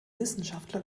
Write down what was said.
wissenschaftler